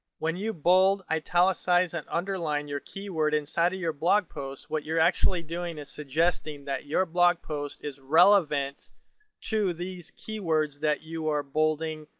when you bold, italicize, and underline your keyword inside of your blog post what you're actually doing is suggesting that your blog post is relevant to these keywords that you are bolding,